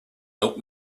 help